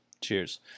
cheers